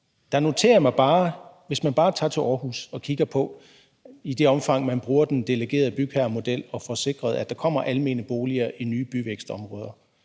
Der noterer jeg mig bare: Hvis man tager til Aarhus og kigger på, i hvilket omfang man bruger den delegerede bygherremodel og får sikret, at der kommer almene boliger i nye byvækstområder